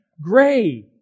gray